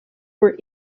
were